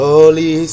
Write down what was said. Holy